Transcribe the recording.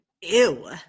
Ew